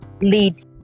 lead